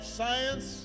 science